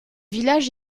village